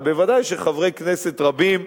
אבל בוודאי שחברי כנסת רבים,